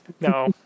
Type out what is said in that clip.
no